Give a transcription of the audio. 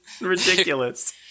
Ridiculous